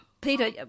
Peter